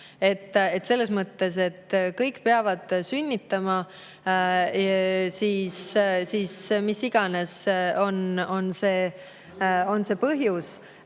– selles mõttes, et kõik peavad sünnitama. Ja mis iganes on see põhjus,